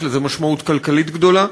יש לזה משמעות כלכלית גדולה.